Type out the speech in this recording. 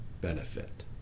benefit